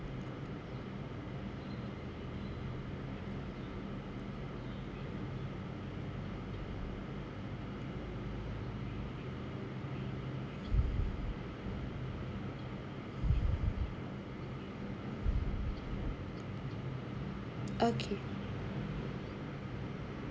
okay